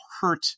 hurt